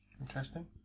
Interesting